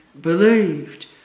believed